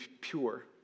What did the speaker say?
pure